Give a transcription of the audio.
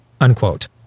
Unquote